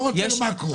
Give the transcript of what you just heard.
לא רוצים מקרו,